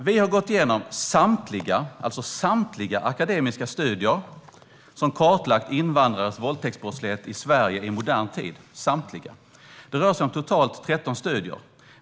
Vi har gått igenom samtliga akademiska studier som har kartlagt invandrares våldtäktsbrottslighet i Sverige i modern tid. Det rör sig om totalt 13 studier.